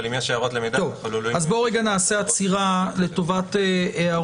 אבל אם יש הגדרות למידע --- נעשה רגע עצירה לטובת הערות.